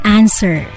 answer